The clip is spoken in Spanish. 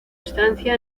estancia